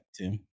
Tim